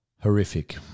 horrific